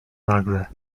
nagle